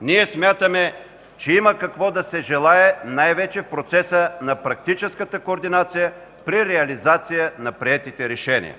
ние смятаме, че има какво да се желае най-вече в процеса на практическата координация при реализация на приетите решения.